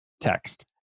text